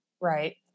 right